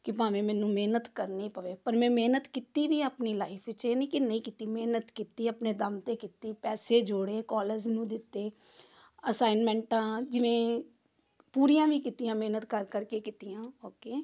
ਕਿ ਭਾਵੇਂ ਮੈਨੂੰ ਮਿਹਨਤ ਕਰਨੀ ਪਵੇ ਪਰ ਮੈਂ ਮਿਹਨਤ ਕੀਤੀ ਵੀ ਆਪਣੀ ਲਾਈਫ ਵਿੱਚ ਇਹ ਨਹੀਂ ਕਿ ਨਹੀਂ ਕੀਤੀ ਮਿਹਨਤ ਕੀਤੀ ਆਪਣੇ ਦਮ 'ਤੇ ਕੀਤੀ ਪੈਸੇ ਜੋੜੇ ਕੋਲਜ ਨੂੰ ਦਿੱਤੇ ਅਸਾਈਨਮੈਂਟਾਂ ਜਿਵੇਂ ਪੂਰੀਆਂ ਵੀ ਕੀਤੀਆਂ ਮਿਹਨਤ ਕਰ ਕਰਕੇ ਕੀਤੀਆਂ ਓਕੇ